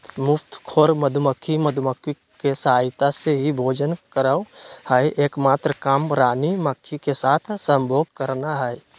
मुफ्तखोर मधुमक्खी, मधुमक्खी के सहायता से ही भोजन करअ हई, एक मात्र काम रानी मक्खी के साथ संभोग करना हई